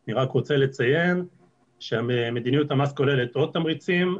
אני רק רוצה לציין שמדיניות המס כוללת עוד תמריצים,